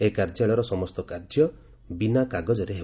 ଏହି କାର୍ଯ୍ୟାଳୟର ସମସ୍ତ କାର୍ଯ୍ୟ ବିନା କାଗଜରେ ହେବ